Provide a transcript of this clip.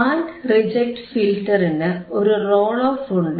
band reject ഫിൽറ്ററിന് ഒരു roll off ഉണ്ട്